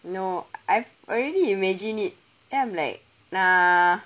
no I've already imagine it the I'm like nah